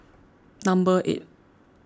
number eight